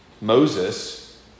Moses